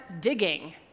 digging